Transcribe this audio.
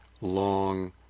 long